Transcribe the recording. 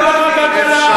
הבאת למקום הראשון בעוני,